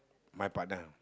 my partner